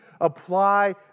apply